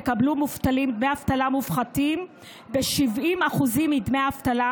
יקבלו מובטלים דמי אבטלה מופחתים ב-70% מדמי האבטלה